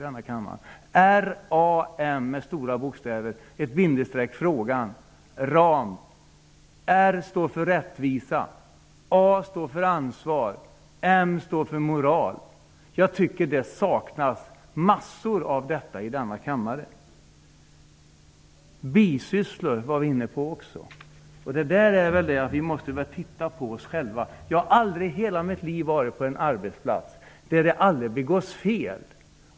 Det stavas R, A, M, frågan. R står för rättvisa, A står för ansvar, M står för moral. Jag tycker att det saknas massor av detta här i kammaren. Bisysslor var vi också inne på. Vi måste väl titta litet närmare på oss själva. Jag har aldrig i hela mitt liv varit på en arbetsplats där det aldrig begås fel.